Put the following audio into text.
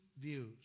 views